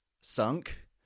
sunk